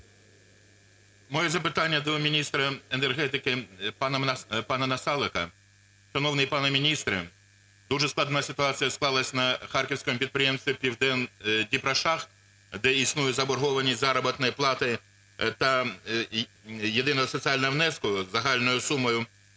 Моє запитання до міністра енергетики пана Насалика. Шановний пане міністре, дуже складна ситуація склалася на Харківському підприємстві "Південдіпрошахт", де існує заборгованість заробітної плати та єдиного соціального внеску загальною сумою